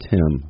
Tim